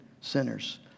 sinners